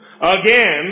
Again